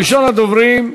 ראשון הדוברים,